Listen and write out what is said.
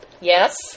Yes